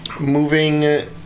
Moving